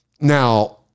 now